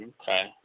Okay